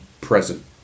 present